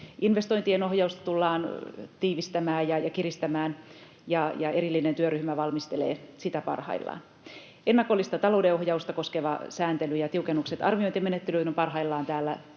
Investointien ohjausta tullaan tiivistämään ja kiristämään — erillinen työryhmä valmistelee sitä parhaillaan. Ennakollista talouden ohjausta koskeva sääntely ja tiukennukset arviointimenettelyyn ovat parhaillaan täällä